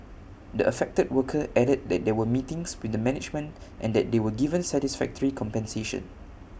the affected worker added that there were meetings with the management and that they were given satisfactory compensation